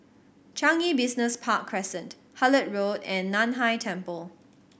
Changi Business Park Crescent Hullet Road and Nan Hai Temple